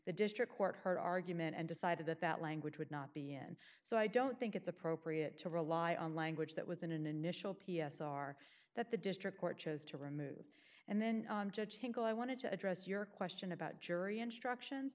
the district court heard argument and decided that that language would not be in so i don't think it's appropriate to rely on language that was an initial p s r that the district court chose to remove and then judge him go i wanted to address your question about jury instructions